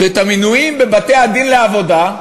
שהמינויים בבתי-הדין לעבודה,